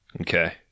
Okay